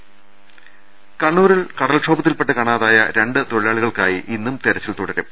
രദേഷ്ടെടു കണ്ണൂരിൽ കടൽക്ഷോഭത്തിൽപ്പെട്ട് കാണാതായ രണ്ട് തൊഴിലാളി കൾക്കായി ഇന്നും തെരച്ചിൽ തുടരും